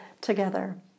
together